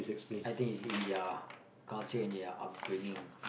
I think is in their culture in their upbringing